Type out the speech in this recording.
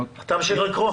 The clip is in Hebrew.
תמשיך לקרוא.